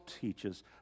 teaches